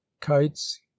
kites